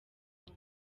ruto